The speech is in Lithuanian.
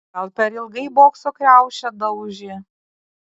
gal per ilgai bokso kriaušę daužė